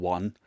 One